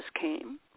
came